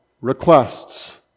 requests